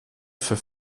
für